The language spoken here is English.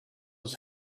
his